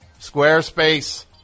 Squarespace